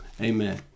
Amen